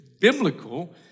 biblical